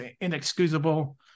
inexcusable